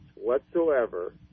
Whatsoever